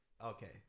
okay